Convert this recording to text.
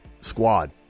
squad